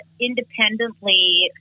independently